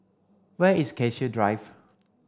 where is Cassia Drive